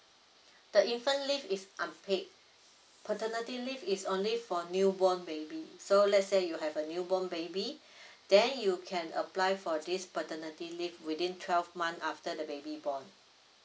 the infant leave is unpaid paternity leave is only for new born baby so let's say you have a new born baby then you can apply for this paternity leave within twelve month after the baby born